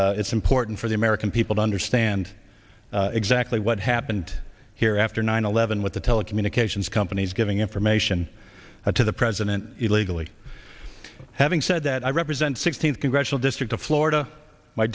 and it's important for the american people to understand exactly what happened here after nine eleven with the telecommunications companies giving information to the president illegally having said that i represent sixteenth congressional district of florida my